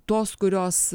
tos kurios